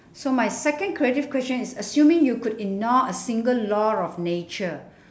so my second creative question is assuming you could ignore a single law of nature